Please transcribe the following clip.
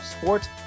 Sports